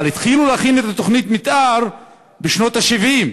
אבל התחילו להכין את תוכנית המתאר בשנות ה-70,